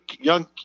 young